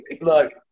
look